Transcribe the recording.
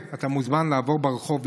לעבור ברחוב,